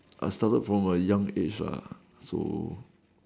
I started from a young age lah so